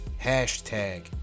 hashtag